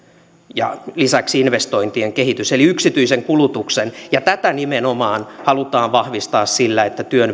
ja lisäksi investointien kehitys eli yksityisen kulutuksen ja tätä nimenomaan halutaan vahvistaa sillä että työn